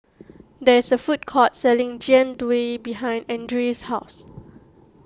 there is a food court selling Jian Dui behind Ardyce's house